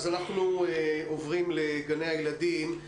אז אנחנו עוברים לגני הילדים.